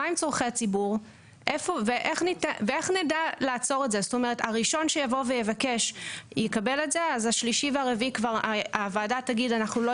אבל בעיקרון כמובן שאנחנו לא